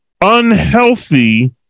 unhealthy